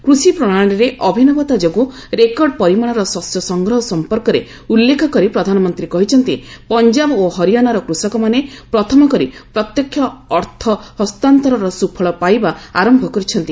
କୃଷି ପ୍ରଣାଳୀରେ ଅଭିନବତା ଯୋଗୁଁ ରେକର୍ଡ ପରିମାଣର ଶସ୍ୟ ସଂଗ୍ରହ ସଂପର୍କରେ ଉଲ୍ଲେଖ କରି ପ୍ରଧାନମନ୍ତ୍ରୀ କହିଛନ୍ତି ପଞ୍ଜାବ ଓ ହରିଆନାର କୃଷକମାନେ ପ୍ରଥମକରି ପ୍ରତ୍ୟକ୍ଷ ଅର୍ଥ ହସ୍ତାନ୍ତରର ସୁଫଳ ପାଇବା ଆରମ୍ଭ କରିଛନ୍ତି